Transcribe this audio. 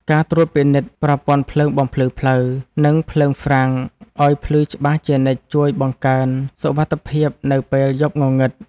ការត្រួតពិនិត្យប្រព័ន្ធភ្លើងបំភ្លឺផ្លូវ និងភ្លើងហ្វ្រាំងឱ្យភ្លឺច្បាស់ជានិច្ចជួយបង្កើនសុវត្ថិភាពនៅពេលយប់ងងឹត។